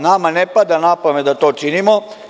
Nama ne pada na pamet da to činimo.